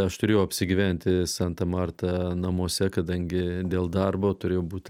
aš turėjau apsigyventi santa marta namuose kadangi dėl darbo turėjau būt